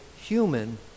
human